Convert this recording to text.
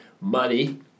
Money